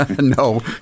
No